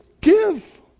give